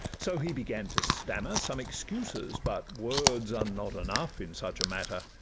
so he began to stammer some excuses but words are not enough in such a matter,